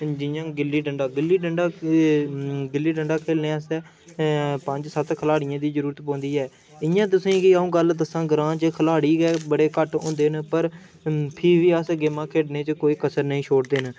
जि'यां गुल्ली डंडा गुल्ली डंडा खेह्लने आस्तै पंज सत्त खलाढ़ियें दी जरूरत पौंदी ऐ इ'यां तुसें गी अ'ऊं गल्ल दस्सां ग्रांऽ च खलाड़ी गै बड़े घट्ट होंदे न पर फ्ही बी अस गेमां खेढ़ने च कोईं कस्सर निं छोड़दे हैन